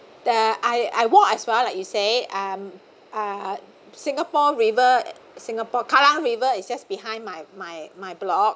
the I I walk as well like you said um uh singapore river singapore kallang river is just behind my my my block